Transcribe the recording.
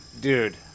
Dude